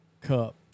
Cup